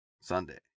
Sunday